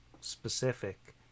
specific